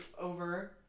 over